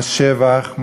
מס שבח,